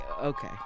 Okay